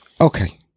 Okay